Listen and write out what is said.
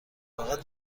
فقط